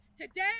Today